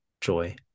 joy